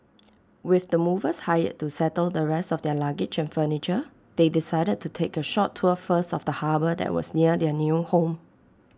with the movers hired to settle the rest of their luggage and furniture they decided to take A short tour first of the harbour that was near their new home